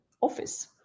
office